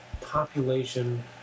population